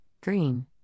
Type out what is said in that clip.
Green